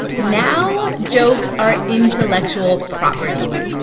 now jokes are intellectual property.